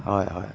হয় হয়